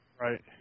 Right